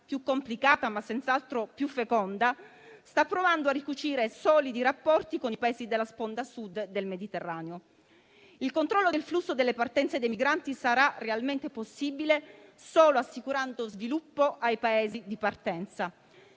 più complicata, ma senz'altro più feconda - sta provando a ricucire solidi rapporti con i Paesi della sponda Sud del Mediterraneo. Il controllo del flusso delle partenze dei migranti sarà realmente possibile solo assicurando sviluppo ai Paesi di partenza.